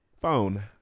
Phone